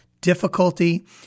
difficulty